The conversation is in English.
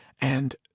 and—